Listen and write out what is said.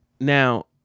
Now